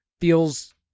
feels